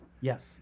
Yes